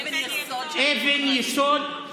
אבן יסוד, אבן יסוד של הדמוקרטיה.